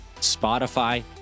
Spotify